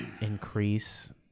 increase